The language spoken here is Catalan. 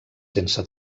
sense